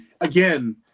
again